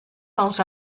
pels